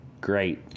Great